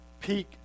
peak